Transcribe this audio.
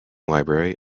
library